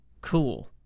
Cool